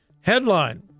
headline